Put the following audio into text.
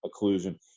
occlusion